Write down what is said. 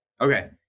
okay